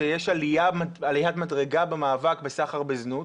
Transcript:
שיש עליית מדרגה במאבק בסחר בזנות,